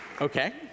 Okay